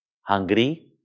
hungry